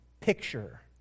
picture